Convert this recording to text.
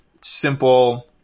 simple